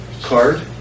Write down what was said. card